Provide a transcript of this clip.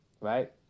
right